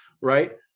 right